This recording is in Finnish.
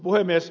puhemies